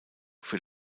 für